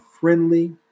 friendly